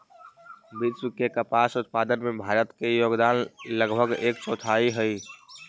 विश्व के कपास उत्पादन में भारत के योगदान लगभग एक चौथाई हइ